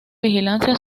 vigilancia